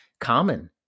common